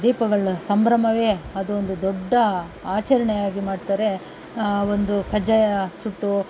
ದೀಪಗಳ್ನ ಸಂಭ್ರಮವೇ ಅದೊಂದು ದೊಡ್ಡ ಆಚರಣೆಯಾಗಿ ಮಾಡ್ತಾರೆ ಆ ಒಂದು ಕಜ್ಜಾಯ ಸುಟ್ಟು